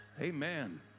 Amen